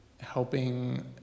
helping